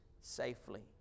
safely